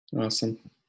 Awesome